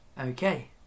Okay